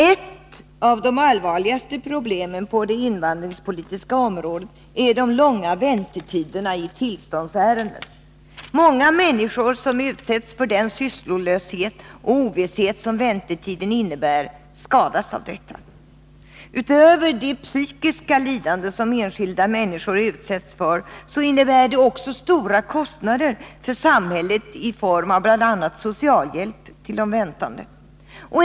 Ett av de allvarligaste problemen på det invandringspolitiska området är de långa väntetiderna i tillståndsärenden. Många människor som utsätts för den sysslolöshet och ovisshet som väntetiden innebär skadas av detta. Utöver det psykiska lidande som enskilda människor utsätts för innebär det också stora kostnader för samhället i form av bl.a. socialhjälp till de väntande.